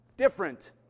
different